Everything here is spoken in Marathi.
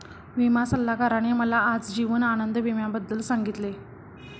विमा सल्लागाराने मला आज जीवन आनंद विम्याबद्दल सांगितले